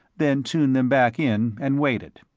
then tuned them back in and waited.